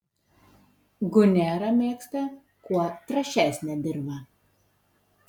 gunera mėgsta kuo trąšesnę dirvą